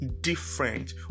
different